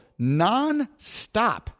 nonstop